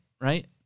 right